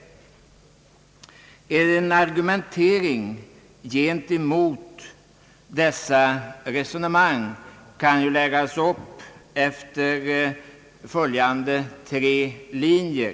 En argumentering emot dessa resonemang kan läggas upp efter följande tre linjer.